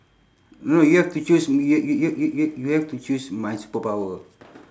no you have to choose y~ y~ y~ y~ you have to choose my superpower